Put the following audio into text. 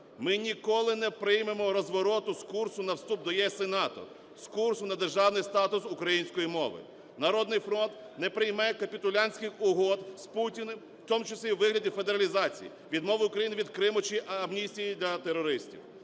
ми ніколи не приймемо розвороту з курсу на вступ до ЄС і НАТО, з курсу на державний статус української мови. "Народний фронт" не прийме капітулянтських угод з Путіним, в тому числі у вигляді федералізації, відмови України від Криму чи амністії для терористів.